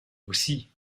aussi